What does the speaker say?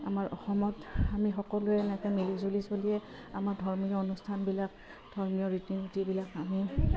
আমাৰ অসমত আমি সকলোৱে এনেকৈ মিলি জুলি চলিয়ে আমাৰ ধৰ্মীয় অনুষ্ঠানবিলাক ধৰ্মীয় ৰীতি নীতিবিলাক আমি